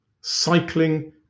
cycling